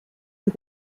and